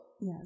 Yes